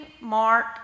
Mark